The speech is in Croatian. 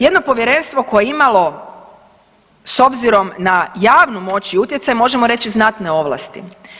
Jedno povjerenstvo koje je imalo s obzirom na javnu moć i utjecaj, možemo reći znatne ovlasti.